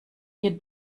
ihr